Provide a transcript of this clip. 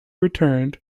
returned